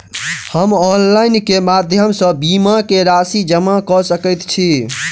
हम ऑनलाइन केँ माध्यम सँ बीमा केँ राशि जमा कऽ सकैत छी?